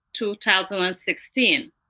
2016